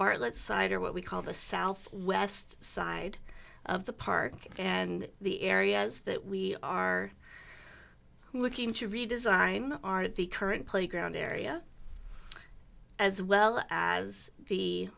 bartlett side or what we call the southwest side of the park and the areas that we are looking to redesign are at the current playground area as well as the